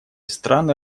страны